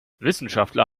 wissenschaftler